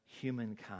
humankind